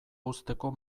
uzteko